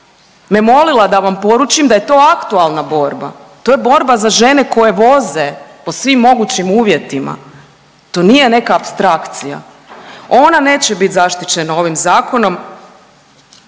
me molila da vam poručim da je to aktualna borba. To je borba za žene koje voze po svim mogućim uvjetima, to nije neka apstrakcija. Ona neće bit zaštićena ovim zakonom,